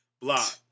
Block